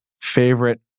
Favorite